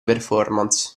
performance